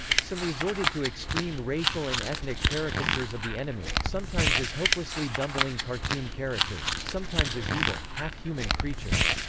some resorted to extreme racial and ethnic caricatures of the enemy, sometimes as hopelessly bumbling cartoon characters, sometimes as evil, half-human creatures.